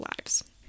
lives